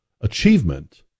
achievement